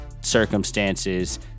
circumstances